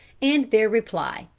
and their reply.